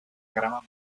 diagrama